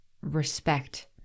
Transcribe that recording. respect